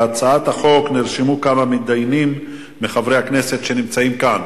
להצעת החוק נרשמו כמה מתדיינים מחברי הכנסת שנמצאים כאן.